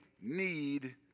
need